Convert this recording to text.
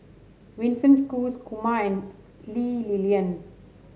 Winston Choos Kumar and Lee Li Lian